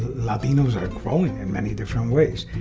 latinos are growing in many different ways.